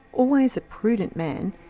always a prudent man,